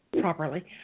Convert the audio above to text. properly